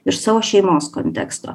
iš savo šeimos konteksto